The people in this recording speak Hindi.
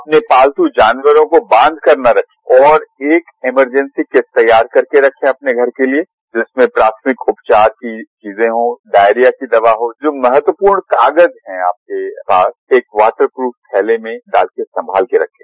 अपने पालतू जानवरों को बांध कर न रखें और एक अमरजेंसी किट तैयार करके रखें अपने घर के लिए जिसमें प्राथमिक उपचार की चीजें हों डायरिया की दवा हो जो महत्वपूर्ण कागज है आपके पास एक वाटर प्रुफ थैले में डाल कर संभाल कर रखें